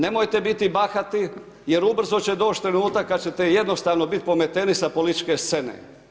Nemojte biti bahati jer ubrzo će doći trenutak kada ćete jednostavno biti pometeni sa političke scene.